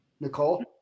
Nicole